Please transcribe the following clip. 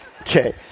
Okay